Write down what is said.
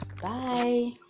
Bye